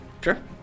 Sure